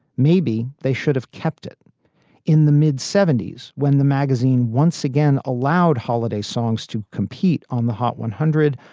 maybe they should have kept it in the mid seventy s when the magazine once again allowed holiday songs to compete on the hot one hundred.